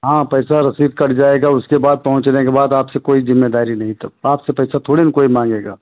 हाँ पैसा रसीद कट जाएगा उसके बाद पहुँचने के बाद आपसे कोई जिम्मेदारी नहीं तब आपसे पैसा थोड़ी न कोई माँगेगा